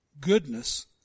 goodness